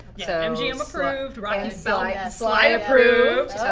yeah, mgm-approved, rocky sly ah sly approved.